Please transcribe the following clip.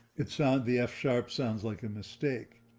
it sound the f sharp sounds like a mistake?